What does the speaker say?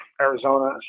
Arizona